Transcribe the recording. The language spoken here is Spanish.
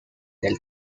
del